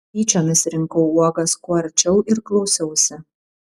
tyčiomis rinkau uogas kuo arčiau ir klausiausi